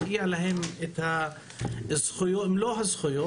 צריך לאפשר להם את כל הזכויות.